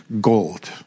gold